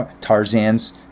Tarzan's